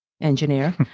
engineer